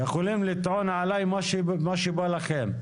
יכולים לטעון עלי מה שבא לכם.